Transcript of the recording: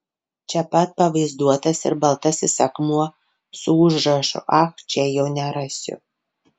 čia pat pavaizduotas ir baltasis akmuo su užrašu ach čia jo nerasiu